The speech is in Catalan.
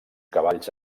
cavalls